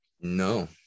No